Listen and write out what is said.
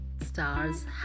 stars